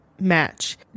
match